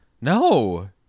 No